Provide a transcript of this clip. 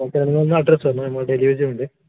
okay എന്നാൽ നിങ്ങൾ address പറഞ്ഞോളു നമ്മൾ ഡെലിവറിയുണ്ട്